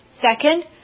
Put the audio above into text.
Second